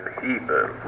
people